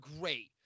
great